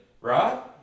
right